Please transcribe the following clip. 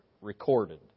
recorded